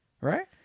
right